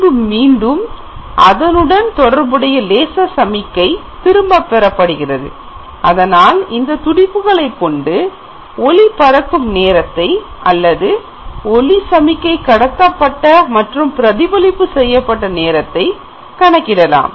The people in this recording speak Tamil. பின்பு மீண்டும் அதனுடன் தொடர்புடைய லேசர் சமிக்கை திரும்பப் பெறப்படுகிறது அதனால் இந்த துடிப்புகளை கொண்டு ஒளி பறக்கும் நேரத்தை அல்லது ஒளி சமிக்கை கடத்தப்பட்ட மற்றும் பிரதிபலிப்பு செய்யப்பட்ட நேரத்தை கணக்கிடலாம்